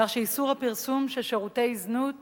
כך שאיסור הפרסום של שירותי זנות